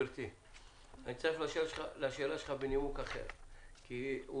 אני אצטרף לשאלה שלך בנימוק אחר כי הוא